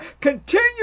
Continue